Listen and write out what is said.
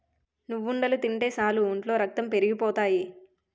నువ్వుండలు తింటే సాలు ఒంట్లో రక్తం పెరిగిపోతాయి